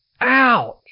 ouch